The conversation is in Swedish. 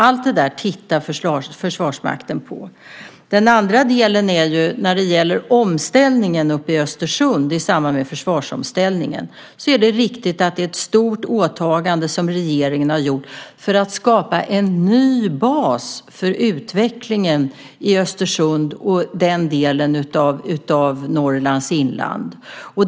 Allt detta tittar Försvarsmakten på. När det gäller omställningen uppe i Östersund i samband med försvarsomställningen är det riktigt att det är ett stort åtagande som regeringen har gjort för att skapa en ny bas för utvecklingen i Östersund och den delen av Norrlands inland.